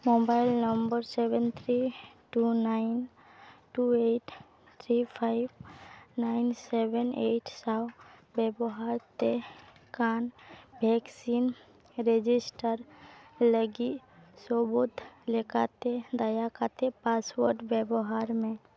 mobile number seven three two nine two eight three five nine seven eight ᱥᱟᱶ ᱵᱮᱵᱚᱦᱟᱨᱮᱫ ᱠᱟᱱ vaccine register ᱞᱟᱹᱜᱤᱫ ᱥᱟᱹᱵᱩᱫ ᱞᱮᱠᱟᱛᱮ ᱫᱟᱭᱟ ᱠᱟᱛᱮᱫ ᱯᱟᱥᱚᱣᱟᱨᱰ ᱵᱮᱵᱚᱦᱟᱨ ᱢᱮ